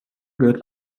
gehört